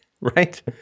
right